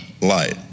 light